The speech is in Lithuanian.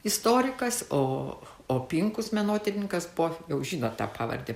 istorikas o o pinkus menotyrininkas buvo jau žinot tą pavardę